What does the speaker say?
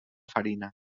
farina